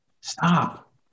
Stop